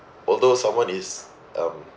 although someone is um